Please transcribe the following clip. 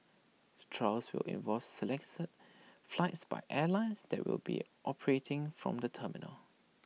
the trials will involve selected flights by airlines that will be operating from the terminal